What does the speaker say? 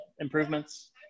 improvements